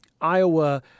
Iowa